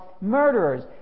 murderers